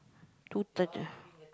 two third ah